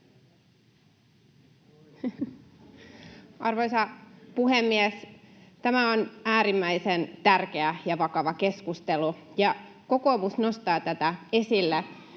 Arvoisa puhemies! Tämä on äärimmäisen tärkeä ja vakava keskustelu, ja kokoomus nostaa tätä esille,